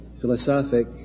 philosophic